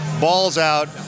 balls-out